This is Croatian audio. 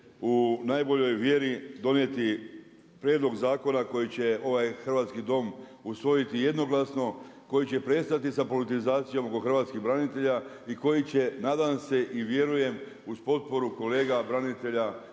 u najboljoj vjeri donijeti prijedlog zakona koji će ovaj hrvatski Dom usvojiti jednoglasno, koji će prestati sa politizacijom oko hrvatskih branitelja i koji će nadam se i vjerujem uz potporu kolega branitelja i